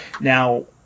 Now